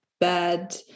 bad